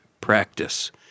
practice